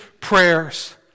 prayers